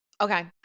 Okay